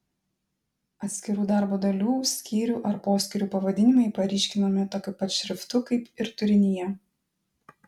atskirų darbo dalių skyrių ar poskyrių pavadinimai paryškinami tokiu pat šriftu kaip ir turinyje